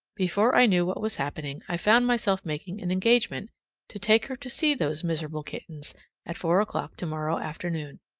before i knew what was happening i found myself making an engagement to take her to see those miserable kittens at four o'clock tomorrow afternoon.